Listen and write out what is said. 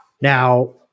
Now